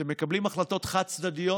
אתם מקבלים החלטות חד-צדדיות